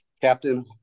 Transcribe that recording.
Captain